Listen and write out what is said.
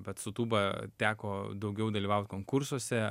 bet su tūba teko daugiau dalyvaut konkursuose